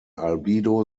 albedo